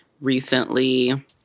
recently